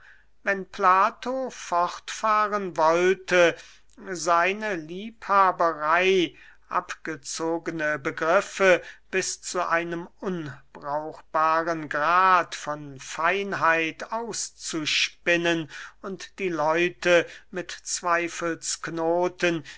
wenn plato fortfahren wollte seine liebhaberey abgezogene begriffe bis zu einem unbrauchbaren grad von feinheit auszuspinnen und die leute mit